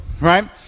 right